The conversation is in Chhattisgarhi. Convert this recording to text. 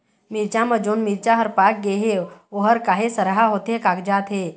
मिरचा म जोन मिरचा हर पाक गे हे ओहर काहे सरहा होथे कागजात हे?